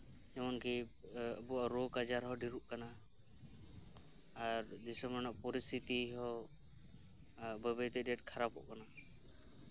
ᱮᱢᱚᱱᱠᱤ ᱟᱵᱚᱣᱟᱜ ᱨᱳᱜ ᱟᱡᱟᱨ ᱦᱚᱸ ᱰᱷᱮᱨᱚᱜ ᱠᱟᱱᱟ ᱟᱨ ᱫᱤᱥᱚᱢ ᱨᱮᱱᱟᱜ ᱯᱚᱨᱤᱥᱛᱷᱤᱛᱤ ᱦᱚ ᱵᱟᱹᱭ ᱵᱟᱹᱭᱛᱮ ᱟᱹᱰᱤᱼᱟᱸᱴ ᱠᱷᱟᱨᱟᱯᱚᱜ ᱠᱟᱱᱟ